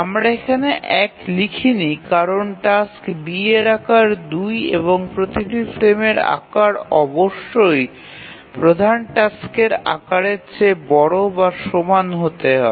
আমরা এখানে ১ লিখিনি কারণ টাস্ক B এর আকার ২ এবং প্রতিটি ফ্রেমের আকার অবশ্যই প্রধান টাস্কের আকারের চেয়ে বড় বা সমান হতে হবে